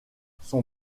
son